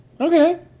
okay